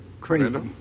Crazy